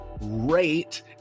rate